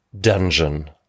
dungeon